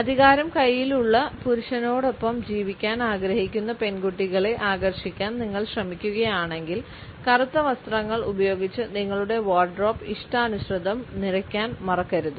അധികാരം കയ്യിലുള്ള പുരുഷനോടൊപ്പം ജീവിക്കാൻ ആഗ്രഹിക്കുന്ന പെൺകുട്ടികളെ ആകർഷിക്കാൻ നിങ്ങൾ ശ്രമിക്കുകയാണെങ്കിൽ കറുത്ത വസ്ത്രങ്ങൾ ഉപയോഗിച്ച് നിങ്ങളുടെ വാർഡ്രോബ് ഇഷ്ടാനുനുസൃതം നിറയ്ക്കാൻ മറക്കരുത്